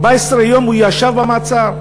14 יום הוא ישב במעצר.